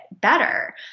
better